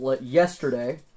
yesterday